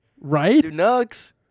Right